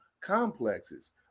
complexes